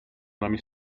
nami